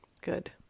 Good